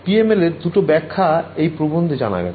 PML এর দুটো ব্যখ্যা এই প্রবন্ধে জানা গেল